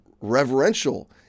reverential